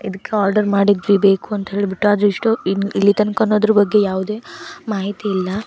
ಇದ್ಕೆ ಆರ್ಡರ್ ಮಾಡಿದ್ವಿ ಬೇಕು ಅಂತ ಹೇಳಿಬಿಟ್ಟು ಆದ್ರೆ ಇಷ್ಟು ಇನ್ ಇಲ್ಲಿ ತನ್ಕವೂ ಅದ್ರ ಬಗ್ಗೆ ಯಾವುದೇ ಮಾಹಿತಿ ಇಲ್ಲ